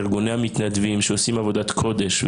ארגוני המתנדבים שעושים עבודת קודש.